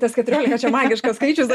tas keturiolika čia magiškas skaičius